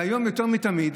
והיום יותר מתמיד,